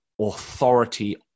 authority